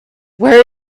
where